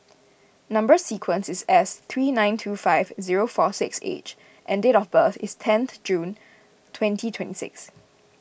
Number Sequence is S three nine two five zero four six H and date of birth is tenth June twenty twenty six